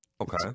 Okay